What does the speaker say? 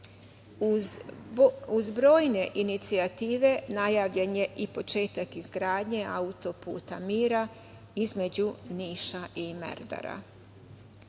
Uz brojne inicijative, najavljen je i početak izgradnje „Autoputa mira“ između Niša i Merdara. Od